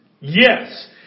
Yes